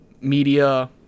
media